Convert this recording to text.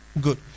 Good